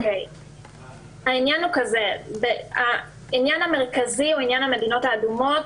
העניין המרכזי הוא עניין המדינות האדומות.